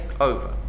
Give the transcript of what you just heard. over